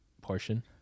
portion